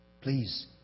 Please